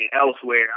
elsewhere